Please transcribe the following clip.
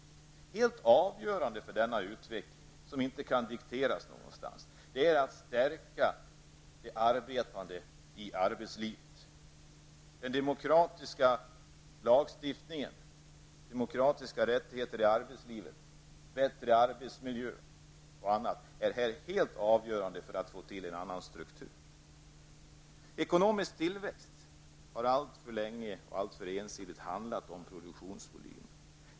Helt avgörande för denna utveckling, som inte kan dikteras någonstans, är att stärka de arbetande i arbetslivet. Den demokratiska lagstiftningen, demokratiska rättigheter i arbetslivet, bättre arbetsmiljö och annat är helt avgörande för att åstadkomma en annan struktur. Ekonomisk tillväxt har alltför länge och alltför ensidigt handlat om produktionsvolym.